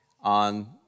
on